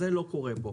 זה לא קורה פה.